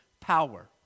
power